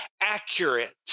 accurate